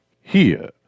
Here